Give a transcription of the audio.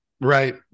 Right